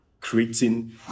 creating